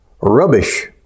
rubbish